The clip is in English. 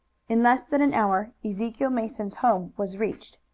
in less than an hour ezekiel mason's home was reached.